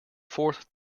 fourth